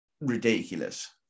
Ridiculous